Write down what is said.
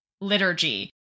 liturgy